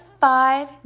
five